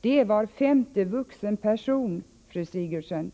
Det är var femte vuxen person, fru Sigurdsen.